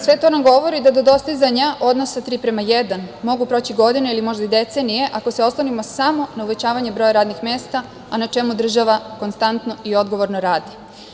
Sve to nam govori da do dostizanja odnosa 3:1 mogu proći godine ili možda i decenije ako se oslonimo samo na uvećavanje broja radnih mesta, a na čemu država konstantno i odgovorno radi.